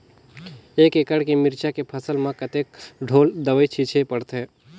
एक एकड़ के मिरचा के फसल म कतेक ढोल दवई छीचे पड़थे?